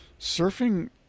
surfing